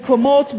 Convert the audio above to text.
מקומות בפריפריה,